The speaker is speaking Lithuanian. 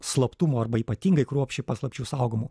slaptumo arba ypatingai kruopščiai paslapčių saugomų